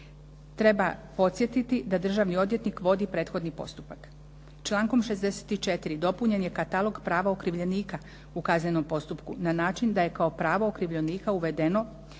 Treba podsjetiti da državni odvjetnik vodi prethodni postupak. Člankom 64. dopunjen je katalog prava okrivljenika u kaznenom postupku na način da je kao pravo okrivljenika uvedeno